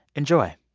enjoy